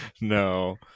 No